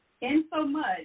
insomuch